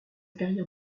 carrière